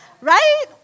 Right